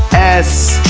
s,